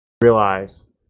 realize